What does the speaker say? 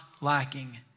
lacking